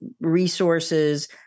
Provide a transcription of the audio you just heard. resources